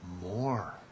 more